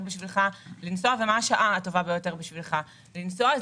בשבילך לנסוע ומה השעה הטובה ביותר בשבילך לנסוע.